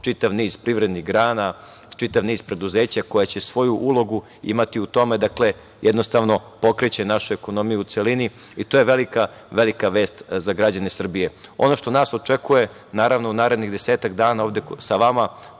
čitav niz privrednih grana, čitav niz preduzeća koja će svoju ulogu imati u tome. Jednostavno pokreće našu ekonomiju u celini i to je velika vest za građane Srbije. Ono što nas očekuje u narednih desetak dana ovde sa vama,